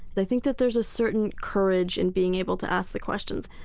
i think that there's a certain courage in being able to ask the questions.